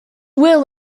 will